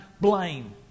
blame